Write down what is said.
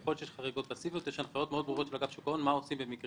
יש הנחיות מאוד ברורות של אגף שוק ההון מה עושים במקרים